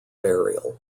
burial